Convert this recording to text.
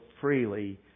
freely